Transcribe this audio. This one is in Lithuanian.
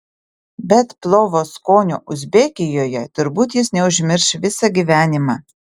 bet plovo skonio uzbekijoje turbūt jis neužmirš visą gyvenimą